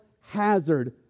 hazard